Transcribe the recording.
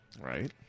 Right